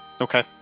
Okay